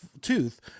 tooth